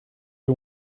you